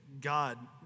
God